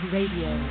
Radio